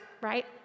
right